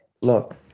look